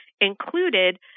included